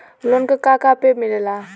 Loan का का पे मिलेला?